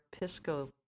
Pisco